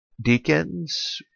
deacons